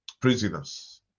prisoners